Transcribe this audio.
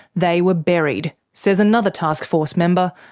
they were buried, says another taskforce member,